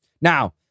Now